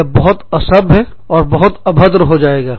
यह बहुत असभ्य और बहुत अभद्र हो जाएगा